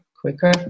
quicker